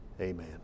amen